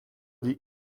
die